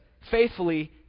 faithfully